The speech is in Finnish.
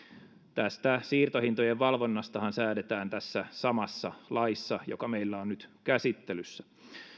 tästä siirtohintojen valvonnastahan säädetään tässä samassa laissa joka meillä on nyt käsittelyssä